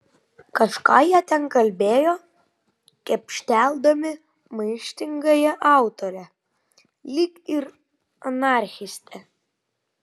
kažką jie ten kalbėjo kepšteldami maištingąją autorę lyg ir anarchistę